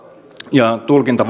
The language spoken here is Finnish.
ja tulkintavaltaa tässä asiassa